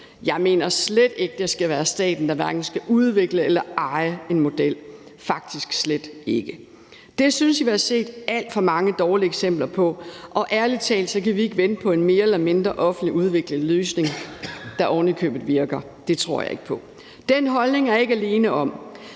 Jeg mener slet ikke, at det skal være staten, der skal udvikle eller eje en model, faktisk slet ikke. Det synes jeg vi har set alt for mange dårlige eksempler på, og ærlig talt kan vi ikke vente på en mere eller mindre offentligt udviklet løsning, der ovenikøbet virker. Det tror jeg ikke på. Den holdning er jeg ikke alene om